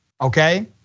okay